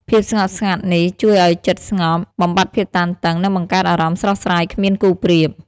ភាពស្ងប់ស្ងាត់នេះជួយឲ្យចិត្តស្ងប់ បំបាត់ភាពតានតឹង និងបង្កើតអារម្មណ៍ស្រស់ស្រាយគ្មានគូប្រៀប។